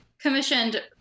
commissioned